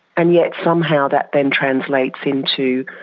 and yet somehow that then translates into,